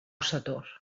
sator